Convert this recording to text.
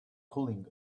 cooling